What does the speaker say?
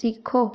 सिखो